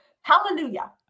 hallelujah